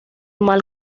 mal